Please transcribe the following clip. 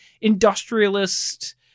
industrialist